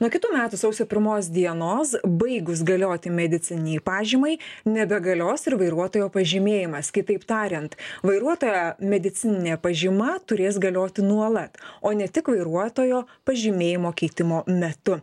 nuo kitų metų sausio pirmos dienos baigus galioti medicininei pažymai nebegalios ir vairuotojo pažymėjimas kitaip tariant vairuotojo medicininė pažyma turės galioti nuolat o ne tik vairuotojo pažymėjimo keitimo metu